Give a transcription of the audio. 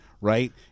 right